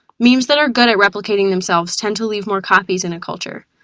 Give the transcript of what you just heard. memes that are good at replicating themselves tend to leave more copies in a culture.